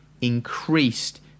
increased